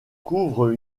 couvre